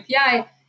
API